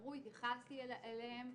נאמרו והתייחסתי אליהם,